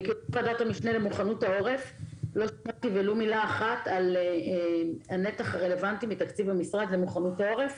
לא שמעתי ולו מילה אחד על נתח רלוונטי מתקציב המשרד למוכנות העורף.